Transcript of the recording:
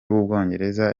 w’ubwongereza